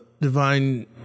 Divine